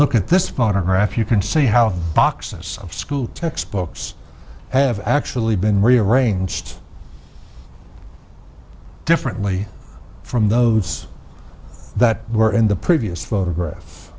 look at this photograph you can see how the boxes of school textbooks have actually been rearranged differently from those that were in the previous photograph